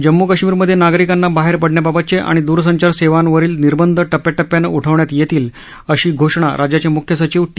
जम्म् कश्मीरमध्ये नागरिकांना बाहेर पडण्याबाबतचे आणि द्रसंचार सेवांवरील निर्बंध प्प्या प्प्यानं उठवण्यात येतील अशी घोषणा राज्याचे म्ख्य सचिव ी